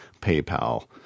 PayPal